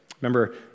Remember